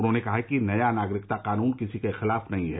उन्होंने कहा कि नया नागरिकता कानून किसी के खिलाफ नहीं है